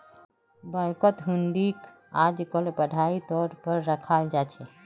बैंकत हुंडीक आजकल पढ़ाई तौर पर रखाल जा छे